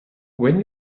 when